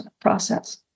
process